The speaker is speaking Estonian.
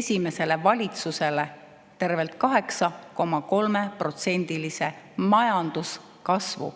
esimesele valitsusele tervelt 8,3%‑lise majanduskasvu,